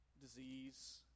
disease